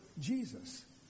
Jesus